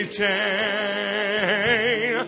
chain